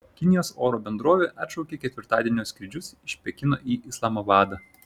kinijos oro bendrovė atšaukė ketvirtadienio skrydžius iš pekino į islamabadą